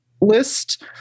list